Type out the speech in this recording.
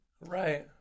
Right